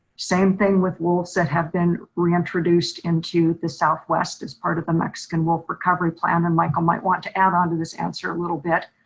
same thing with wolves that have been reintroduced into the southwest as part of the mexican wolf recovery plan. and michael might want to add on to this answer a little bit.